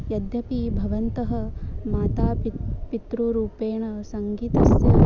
यद्यपि भवन्तः मातापित् पितृरूपेण सङ्गीतस्य वा